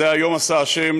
"זה היום עשה ה',